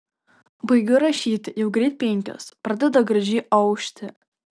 baigiu rašyti jau greit penkios pradeda gražiai aušti